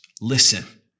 listen